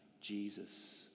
Jesus